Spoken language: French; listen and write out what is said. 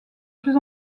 plus